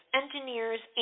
engineers